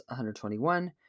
121